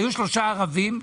היו שלושה ערבים,